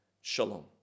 shalom